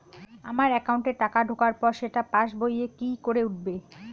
আমার একাউন্টে টাকা ঢোকার পর সেটা পাসবইয়ে কি করে উঠবে?